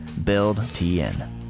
buildtn